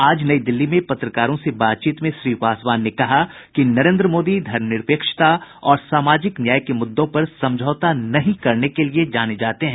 आज नई दिल्ली में पत्रकारों से बातचीत में श्री पासवान ने कहा कि नरेन्द्र मोदी धर्मनिरपेक्षता और सामाजिक न्याय के मुद्दों पर समझौता नहीं करने के लिये जाने जाते हैं